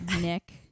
Nick